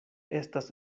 estas